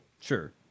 Sure